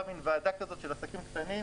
מן ועדה מקומית כזאת של עסקים קטנים,